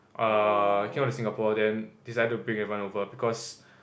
uh came out to Singapore then decided to bring everyone over because